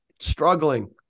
Struggling